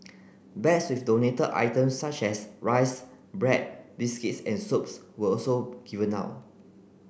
bags with donated items such as rice bread biscuits and soaps were also given out